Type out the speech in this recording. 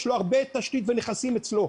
יש הרבה תשתית ונכסים אצלו.